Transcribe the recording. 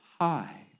high